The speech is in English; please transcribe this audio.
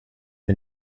the